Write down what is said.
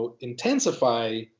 intensify